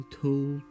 told